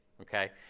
Okay